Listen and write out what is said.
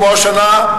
כמו השנה,